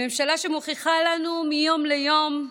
לממשלה שמוכיחה לנו מיום ליום,